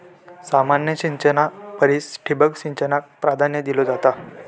सामान्य सिंचना परिस ठिबक सिंचनाक प्राधान्य दिलो जाता